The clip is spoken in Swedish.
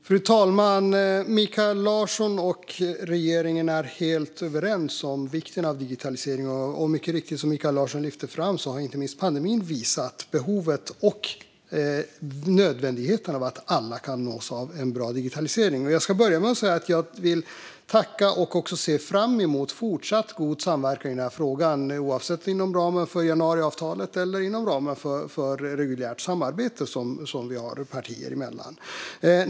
Fru talman! Mikael Larsson och regeringen är helt överens om vikten av digitalisering. Som Mikael Larsson mycket riktigt lyfte fram har inte minst pandemin visat behovet och nödvändigheten av att alla kan nås av en bra digitalisering. Jag vill här i början tacka för interpellationen, och jag ser fram emot fortsatt god samverkan i frågan, oavsett om det blir inom ramen för januariavtalet eller i ett reguljärt samarbete som vi har partier emellan.